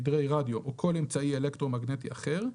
תדרי רדיו או כל אמצעי אלקטרומגנטי אחר,